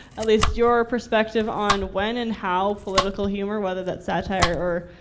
at least your perspective on when and how political humor, whether that's satire, or,